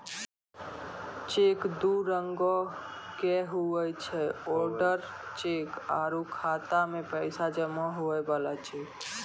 cheque दू रंगोके हुवै छै ओडर चेक आरु खाता मे पैसा जमा हुवै बला चेक